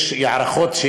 יש הערכות,